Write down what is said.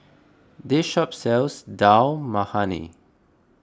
this shop sells Dal Makhani